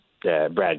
Brad